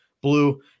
Blue